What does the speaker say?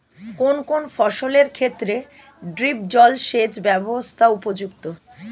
কোন কোন ফসলের ক্ষেত্রে ড্রিপ জলসেচ ব্যবস্থা উপযুক্ত?